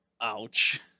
Ouch